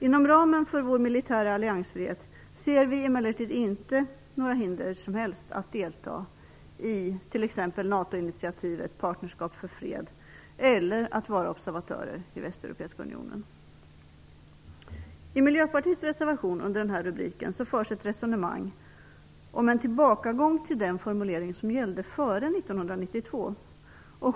Inom ramen för vår militära alliansfrihet ser vi emellertid inte några som helst hinder att delta i t.ex. NATO-initiativet Partnerskap för fred eller att vara observatörer i Västeuropeiska unionen. I Miljöpartiets reservation under nämnda rubrik förs ett resonemang om en tillbakagång till den formulering som gällde före 1992.